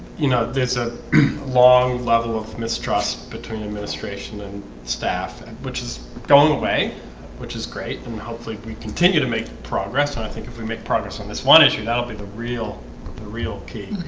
you know there's a long level of mistrust between administration and staff and which is going away which is great and hopefully we continue to make progress and i think if we make progress on this one issue that will be the real real key.